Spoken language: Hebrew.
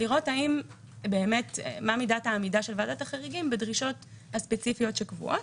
ולראות מה מידת העמידה של ועדת החריגים בדרישות הספציפיות שקבועות.